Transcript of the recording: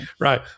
Right